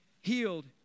healed